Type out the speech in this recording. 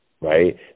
right